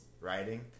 writing